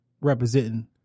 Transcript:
representing